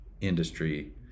industry